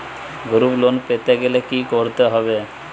Group loan পেতে গেলে কি করতে হবে?